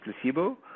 placebo